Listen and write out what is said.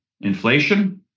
inflation